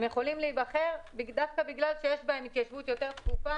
הם יכולים להיבחר דווקא בגלל שיש בהם התיישבות יותר צפופה.